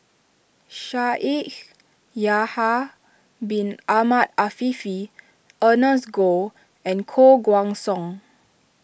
Shaikh Yahya Bin Ahmed Afifi Ernest Goh and Koh Guan Song